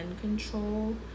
control